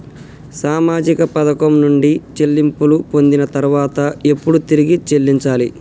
సామాజిక పథకం నుండి చెల్లింపులు పొందిన తర్వాత ఎప్పుడు తిరిగి చెల్లించాలి?